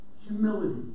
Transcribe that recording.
Humility